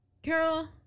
Carol